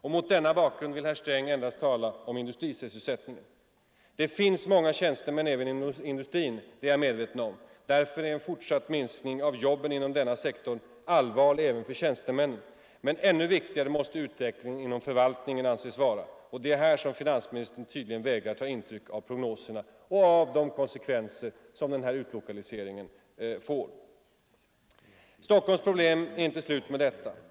Och mot denna bakgrund vill herr Sträng endast tala om industrisysselsättningen! Det finns många tjänstemän även inom industrin — det är jag medveten om. Därför är en fortsatt minskning av jobben inom denna sektor allvarlig även för tjänstemännen. Men ännu viktigare måste utvecklingen inom förvaltningen anses vara, och det är här som finansministern tydligen vägrar att ta intryck av prognoserna och av de konsekvenser som utlokaliseringen får. Stockholms problem är inte slut med detta.